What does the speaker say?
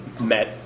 met